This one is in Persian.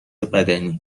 بدنی